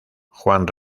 juan